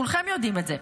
כולכם יודעים את זה.